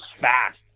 fast